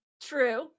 True